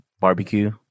barbecue